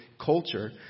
culture